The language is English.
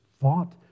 fought